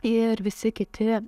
ir visi kiti